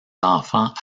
enfants